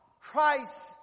Christ